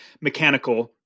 mechanical